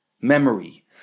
memory